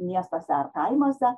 miestuose ar kaimuose